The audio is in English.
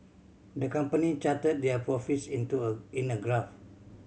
the company charted their profits into a in a graph